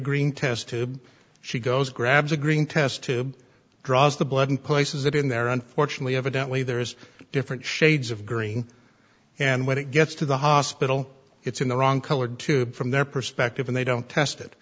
green test tube she goes grabs a green test tube draws the blood and places it in there unfortunately evidently there's different shades of green and when it gets to the hospital it's in the wrong colored tube from their perspective and they don't test it